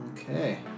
okay